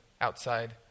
outside